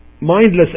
mindless